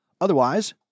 Otherwise